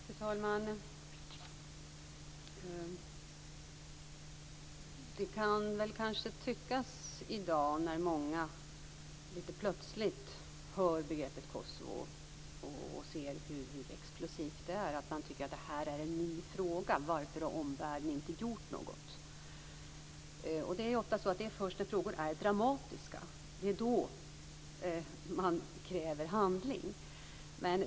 Fru talman! Det kan kanske tyckas i dag, när många litet plötsligt hör begreppet Kosovo och ser hur explosivt det är, att det här är en ny fråga. Man frågar sig: Varför har omvärlden inte gjort något? Det är ofta så att det är först när frågor blir dramatiska som man kräver handling.